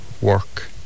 work